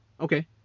Okay